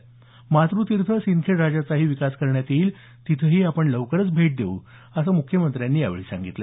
मातुतीर्थ सिंदखेडराजा चा ही विकास करण्यात येईल तिथेही आपण लवकरच भेट देऊ असं मुख्यमंत्र्यांनी यावेळी सांगितलं